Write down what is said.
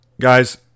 guys